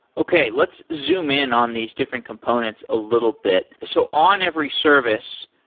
okay. let's zoom in on these different components a little bit. so on every service,